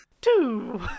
Two